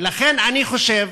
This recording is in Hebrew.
ולכן, אני חושב